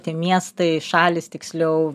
tie miestai šalys tiksliau